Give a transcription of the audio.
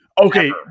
Okay